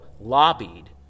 lobbied